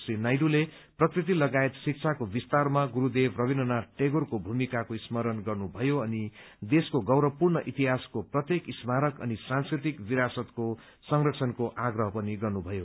श्री नायडूले प्रकृति लगायत शिक्षाको विस्तारमा गुठदेव रवीन्द्रनाथ ठाकुरको भूमिकाको स्मरण गर्नुभयो अनि देशको गौरवपूर्ण इतिहासको प्रत्येक स्मारक अनि सांस्कृतिक विरासतको संरक्षणको आग्रह पनि गर्नुभयो